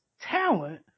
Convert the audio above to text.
talent